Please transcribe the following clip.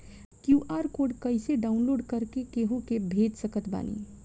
QR code कइसे download कर के केहु के भेज सकत बानी?